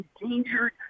endangered